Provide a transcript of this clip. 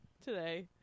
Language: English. today